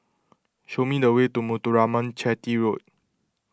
show me the way to Muthuraman Chetty Road